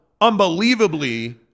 unbelievably